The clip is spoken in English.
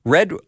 Red